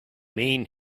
mean